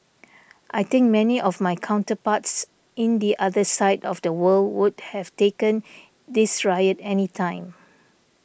I think many of my counterparts in the other side of the world would have taken this riot any time